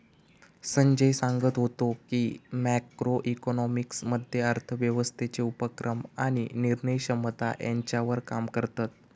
संजय सांगत व्हतो की, मॅक्रो इकॉनॉमिक्स मध्ये अर्थव्यवस्थेचे उपक्रम आणि निर्णय क्षमता ह्यांच्यावर काम करतत